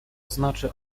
znaczy